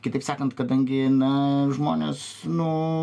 kitaip sakant kadangi na žmones nu